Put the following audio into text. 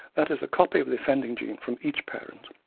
that is a copy of the offending gene from each parent.